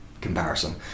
comparison